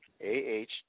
A-H